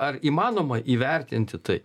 ar įmanoma įvertinti tai